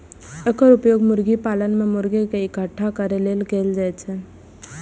एकर उपयोग मुर्गी पालन मे मुर्गी कें इकट्ठा करै लेल कैल जाइ छै